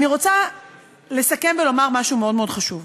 אני רוצה לסכם ולומר משהו מאוד מאוד חשוב.